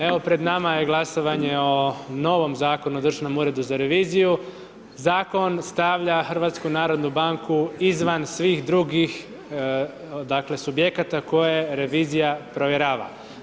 Evo pred nama je glasovanje o novom Zakonu o Državnom uredu za reviziju, zakon stavlja HNB izvan svih drugih dakle subjekata koje revizija provjerava.